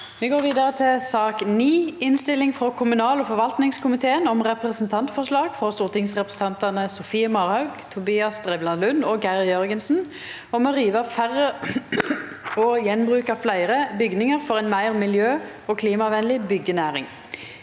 S ak nr. 9 Innstilling fra kommunal- og forvaltningskomiteen om Representantforslag fra stortingsrepresentantene Sofie Marhaug, Tobias Drevland Lund og Geir Jørgensen om å rive færre og gjenbruke flere bygninger for en mer miljø- og klimavennlig byggenæring